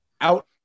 out